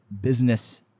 business